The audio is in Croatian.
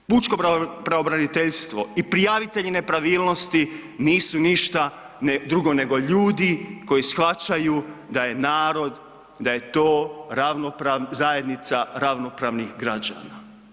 Pučko pravobraniteljstvo i prijavitelji nepravilnosti nisu ništa drugo nego ljudi koji shvaćaju da je narod, da je to zajednica ravnopravnih građana.